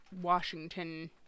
Washington